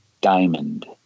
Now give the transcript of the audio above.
diamond